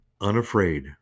unafraid